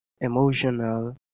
emotional